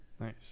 Nice